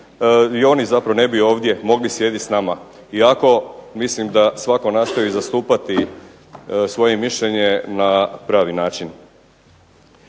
i oni zapravo ne bi ovdje mogli sjediti s nama. Iako mislim da svatko nastoji zastupati svoje mišljenje na pravi način.